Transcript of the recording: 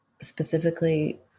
specifically